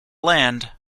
land